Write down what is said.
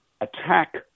attack